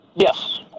yes